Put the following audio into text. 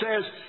says